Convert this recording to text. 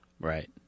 Right